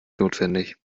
notwendig